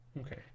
Okay